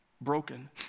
broken